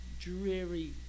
dreary